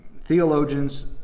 theologians